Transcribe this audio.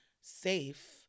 safe